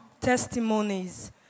testimonies